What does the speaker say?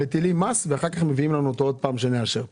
מטילים מס ואחר כך מביאים אותו אלינו עוד פעם כדי שנאשר אותו.